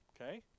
Okay